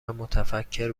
متفکر